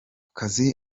kazi